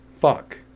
Fuck